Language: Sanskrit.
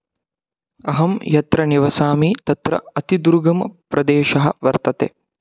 अहं यत्र निवसामि तत्र अतिदुर्गमप्रदेशः वर्तते